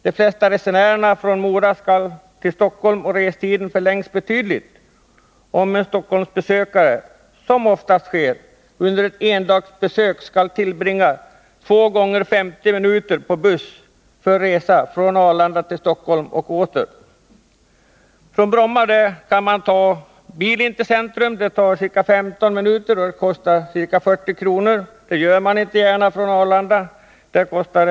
De flesta resenärerna från Mora skall till Stockholm, och restiden förlängs betydligt om Stockholmsbesökarna under ett endagsbesök — det är oftast fråga om det — skall tillbringa två gånger 50 minuter på buss för resa från Arlanda till Stockholm och åter. Från Bromma kan man ta taxi till Stockholms centrum. Det tar ca 15 minuter att åka den sträckan, och det kostar ca 40 kr. Man åker inte gärna taxi från Arlanda till Stockholms centrum.